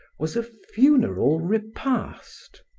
was a funeral repast.